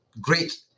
Great